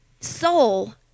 soul